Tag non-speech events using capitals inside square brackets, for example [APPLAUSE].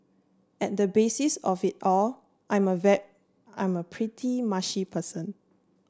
at the basis of it all I am a [UNINTELLIGIBLE] I am a pretty mushy person